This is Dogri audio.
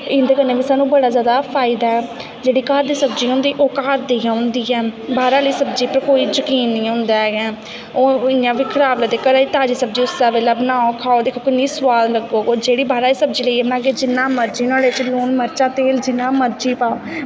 इं'दे कन्नै बी सानूं बड़ा जादा फायदा ऐ जेह्ड़ी घर दा सब्जी होंदी ओह् घर दी गै होंदी ऐ बाह्र आह्ली सब्जी पर कोई जकीन निं होंदा ऐ गै ओह् इ'यां बी खराब लगदी घरे दे सब्जी उस्सै बेल्लै बनाओ खाओ ते दिक्खो किन्नी सोआद लग्गग जेह्ड़ी बाह्रा दी सब्जी लेइयै बनागे जिन्ना मर्जी नोहाड़े च लून मर्चां तेल जिन्ना मर्जी पाओ